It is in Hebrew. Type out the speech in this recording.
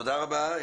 תודה רבה.